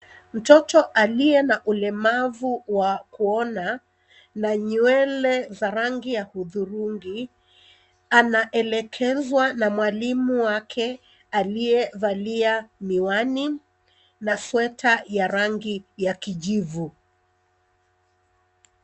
Mtoto aliye na ulemavu wa kuona na nywele za rangi ya hudhurungi anaelekezwa na mwalimu wake aliyevalia miwani na sweta ya rangi ya kijivu.